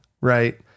Right